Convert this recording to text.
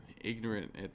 ignorant